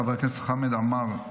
חבר הכנסת חמד עמאר,